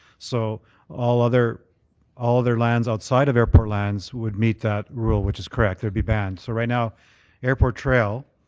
so all other all other lands outside of airport lands would meet that rule which is correct. they would be banned. so right now airport trail,